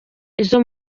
izo